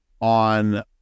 on